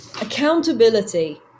accountability